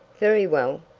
very well,